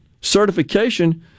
certification